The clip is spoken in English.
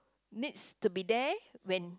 needs to be there when